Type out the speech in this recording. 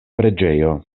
preĝejo